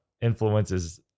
influences